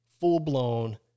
full-blown